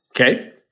okay